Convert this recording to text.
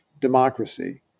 democracy